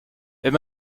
wenn